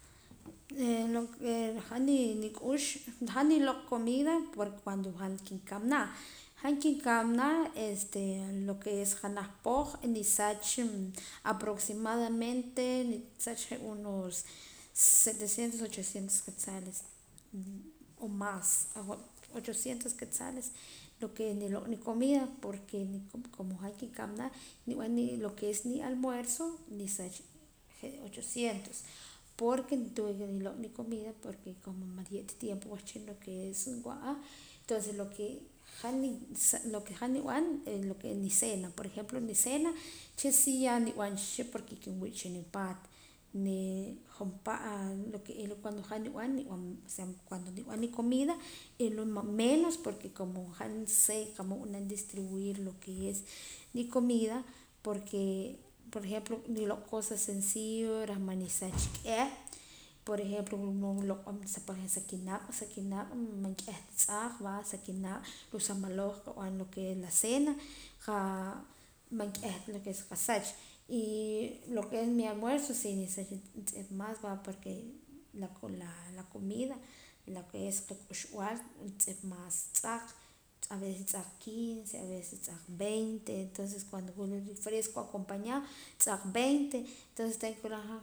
Lo que han nik'ux han niloq' comida por cuando han kinkamana han kinkamana este lo que es janaj poh ni saach aproximandamente nisaach unos setecientos ochocientos quetzales o más lo que niloq' nicomida porque como han kinkamana nib'an lo ques ni almuerzo nisaach que ochocientos porque tengo que niloq' nicomida porque como man ruye' ta tiempo wahchin en lo que es nwa'a entonces lo que han nib'an lo que es nicena uche' si ya nib'an cha chi nupaat jum pa' n'ila la cuando han nib'an cuando nib'an nicomida menos porque han sé qa mood nb'anam distribuir lo que es nicomida porque por ejemplo tiloq' cosas sencillo reh man nisaach k'ih por ejemplo wula mood nloq'oom sa kinaq' sa kinaq' man k'ih ta tz'aak va ruu' sa maloj en lo que es la cena man k'ih ta nqasaach y lo que es mi almuerzo nisaach juntz'ip más va la comida lo que es qak'uxb'al juntz'ip más tz'aak aveces tz'aak quince aveces tz'aak veinte entonces cuando wula fresco acompañado tz'aak veinte entonces tengo que nwilan han